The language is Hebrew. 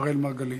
אראל מרגלית,